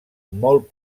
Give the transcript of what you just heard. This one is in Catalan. molt